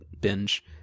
binge